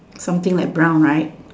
something like brown right